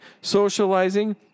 socializing